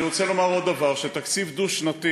אני רוצה לומר עוד דבר, תקציב דו-שנתי